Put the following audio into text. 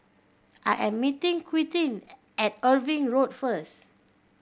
I am meeting Quintin at Irving Road first